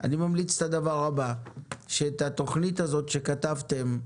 שאת התוכנית שכתבתם,